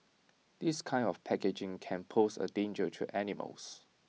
this kind of packaging can pose A danger to animals